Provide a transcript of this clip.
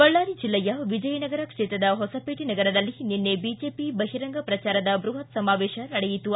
ಬಳ್ಳಾರಿ ಜಿಲ್ಲೆಯ ವಿಜಯನಗರ ಕ್ಷೇತ್ರದ ಹೊಸಪೇಟೆ ನಗರದಲ್ಲಿ ನಿನ್ನೆ ಬಿಜೆಪಿ ಬಹಿರಂಗ ಶ್ರಚಾರದ ಬೃಹತ್ ಸಮಾವೇಶ ನಡೆಯಿತು